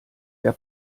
der